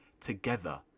together